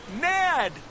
Ned